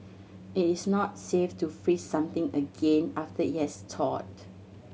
it is not safe to freeze something again after it has thawed